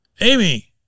Amy